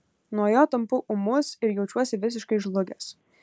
nuo jo tampu ūmus ir jaučiuosi visiškai žlugęs